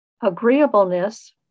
agreeableness